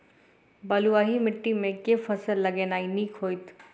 बलुआही माटि मे केँ फसल लगेनाइ नीक होइत?